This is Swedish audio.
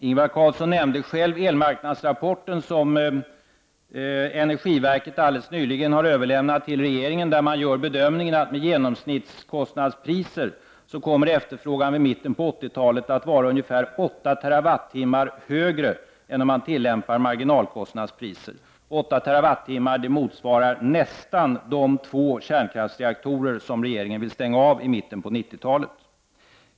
Ingvar Carlsson nämnde själv Elmarknadsrapporten, som energiverket alldeles nyligen har överlämnat till regeringen. Man gör där bedömningen att med genomsnittskostnadspriser kommer efterfrågan vid mitten av 90-talet att vara ungefär 8 TWh högre än om man tillämpar marginalkostnadspriser. 8 TWh motsvarar nästan de två kärnkraftsreaktorer som regeringen vill stänga av i mitten på 90-talet.